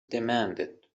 demanded